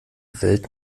welt